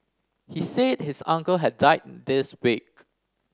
he said his uncle had died this week